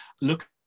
Look